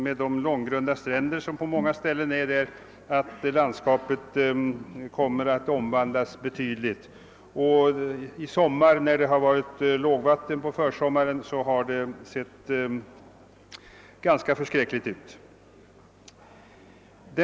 Med de långgrunda stränder som finns där på många ställen förstår man att landskapet kommer att omvandlas betydligt. På försommaren då det har varit lågvatten har det sett förskräckligt ut.